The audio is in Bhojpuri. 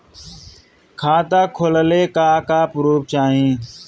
खाता खोलले का का प्रूफ चाही?